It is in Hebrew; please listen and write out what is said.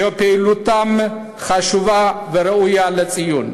שפעילותם חשובה וראויה לציון.